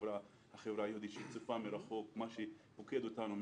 החברה היהודית צופה מרחוק במה שפוקד אותנו,